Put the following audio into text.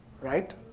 Right